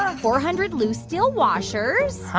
ah four hundred loose steel washers. huh.